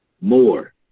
more